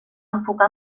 enfocar